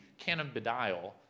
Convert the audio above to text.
cannabidiol